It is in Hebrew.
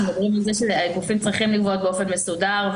אנחנו מדברים על זה שגופים צריכים לגבות באופן מסודר.